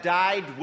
died